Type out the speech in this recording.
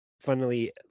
funnily